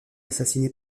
assassiné